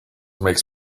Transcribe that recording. makes